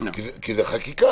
כי זו חקיקה.